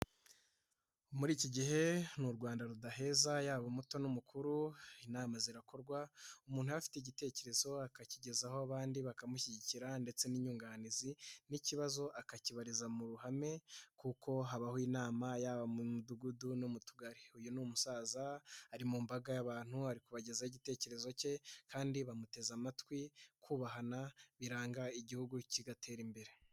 Muri iki gihe ni u Rwanda rudaheza yaba umuto n'umukuru, inama zirakorwa umuntu iyo afite igitekerezo akakigeza ho abandi bakamushyigikira ndetse n'inyunganizi n'ikibazo akakibariza mu ruhame, kuko habaho inama yaba mu mudugudu no mu tugari, uyu ni umusaza ari mu mbaga y'abantu ari kubagezaho igitekerezo cye, kandi bamuteze amatwi kubahana biranga igihugu kigatera imbere.